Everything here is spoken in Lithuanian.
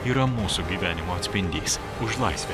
yra mūsų gyvenimo atspindys už laisvę